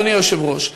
אדוני היושב-ראש,